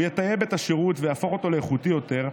הוא יטייב את השירות ויהפוך אותו לאיכותי יותר,